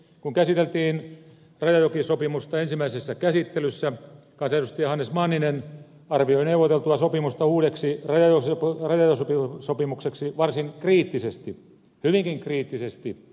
kun käsiteltiin rajajokisopimusta ensimmäisessä käsittelyssä kansanedustaja hannes manninen arvioi neuvoteltua sopimusta uudeksi rajajokisopimukseksi varsin kriittisesti hyvinkin kriittisesti